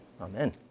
Amen